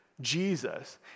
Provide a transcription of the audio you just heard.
Jesus